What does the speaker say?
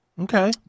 okay